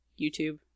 YouTube